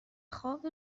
خواب